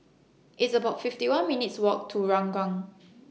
It's about fifty one minutes Walk to Ranggung